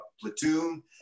platoon